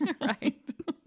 right